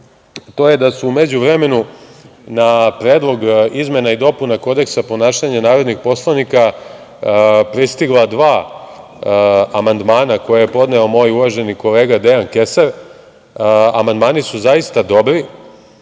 to je da se u međuvremenu na Predlog izmena i dopuna Kodeksa ponašanja narodnih poslanika pristigla dva amandmana, koje je podneo moj uvaženi kolega, Dejan Kesar. Amandmani su zaista dobri. Želim